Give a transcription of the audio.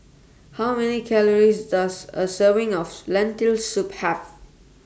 How Many Calories Does A Serving of Lentil Soup Have